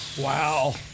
Wow